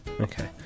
Okay